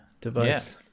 device